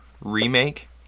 remake